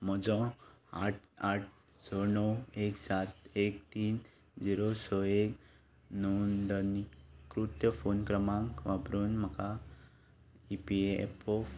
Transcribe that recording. म्हजो आठ आठ स णव एक सात एक तीन जिरो स एक नोंदणीकृत फोन क्रमांक वापरून म्हाका ईपीएफओ